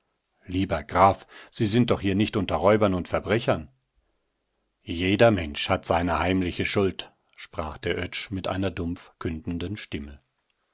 lieber graf sie sind doch hier nicht unter räubern und verbrechern jeder mensch hat seine heimliche schuld sprach der oetsch mit einer dumpf kündenden stimme